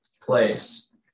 place